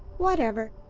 whatever.